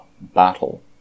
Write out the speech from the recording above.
battle